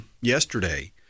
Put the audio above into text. yesterday